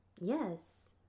Yes